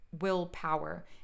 willpower